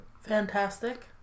Fantastic